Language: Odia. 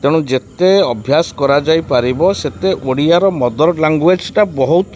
ତେଣୁ ଯେତେ ଅଭ୍ୟାସ କରାଯାଇପାରିବ ସେତେ ଓଡ଼ିଆର ମଦର୍ ଲାଙ୍ଗୁଏଜ୍ଟା ବହୁତ